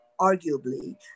arguably